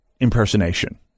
Impersonation